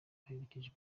baherekeje